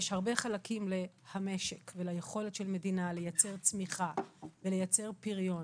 יש הרבה חלקים ל"המשק" וליכולת של מדינה לייצר צמיחה ולייצר פריון,